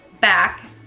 Back